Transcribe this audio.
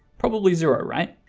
probably zero right?